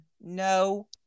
no